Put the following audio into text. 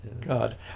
God